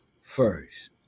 first